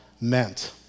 meant